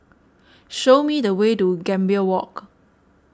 show me the way to Gambir Walk